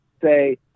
say